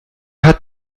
hat